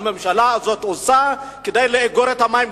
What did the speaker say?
הממשלה הזאת עושה כדי לאגור את המים,